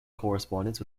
correspondence